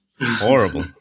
Horrible